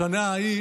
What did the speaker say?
בשנה ההיא